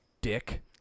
dick